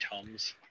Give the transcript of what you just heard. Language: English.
Tums